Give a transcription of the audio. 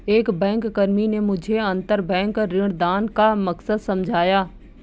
एक बैंककर्मी ने मुझे अंतरबैंक ऋणदान का मकसद समझाया